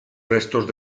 restos